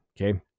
Okay